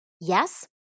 Yes